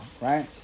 right